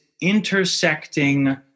intersecting